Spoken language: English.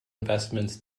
investments